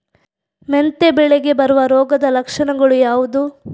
ಮೆಂತೆ ಬೆಳೆಗೆ ಬರುವ ರೋಗದ ಲಕ್ಷಣಗಳು ಯಾವುದು?